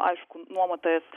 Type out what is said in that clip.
aišku nuomotojas